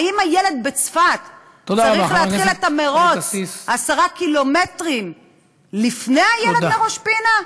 האם הילד בצפת צריך להתחיל את המירוץ 10 קילומטרים לפני הילד בראש-פינה?